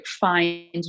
find